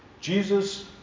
Jesus